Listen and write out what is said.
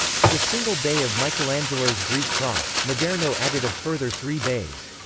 to the single bay of michelangelo's greek cross, maderno added a further three bays.